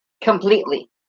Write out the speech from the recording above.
completely